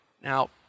Now